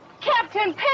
Captain